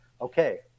Okay